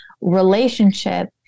relationship